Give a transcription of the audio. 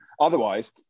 Otherwise